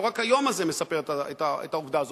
לא רק היום הזה מספר את העובדה הזאת.